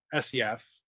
Sef